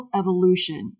evolution